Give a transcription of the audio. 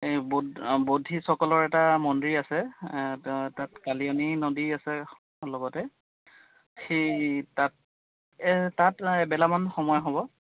এই বুদ্ধিষ্টসকলৰ এটা মন্দিৰ আছে তাত কালিয়নী নদী আছে লগতে সেই তাত এই তাত এবেলামান সময় হ'ব